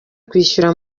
kwishyura